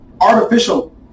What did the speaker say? artificial